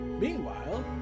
Meanwhile